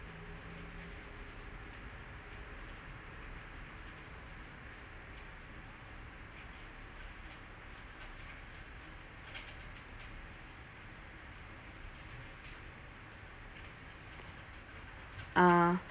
uh